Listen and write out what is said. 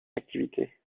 activité